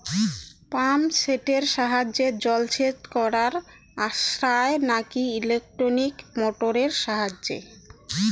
Pump সেটের সাহায্যে জলসেচ করা সাশ্রয় নাকি ইলেকট্রনিক মোটরের সাহায্যে?